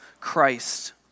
Christ